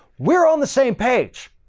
we're on the same page.